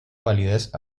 validez